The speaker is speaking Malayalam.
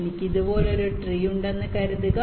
എനിക്ക് ഇതുപോലൊരു ട്രീ ഉണ്ടെന്ന് കരുതുക